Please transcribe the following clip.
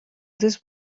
this